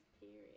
period